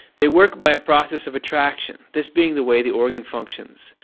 they work by a process of attraction, this being the way the organ functions.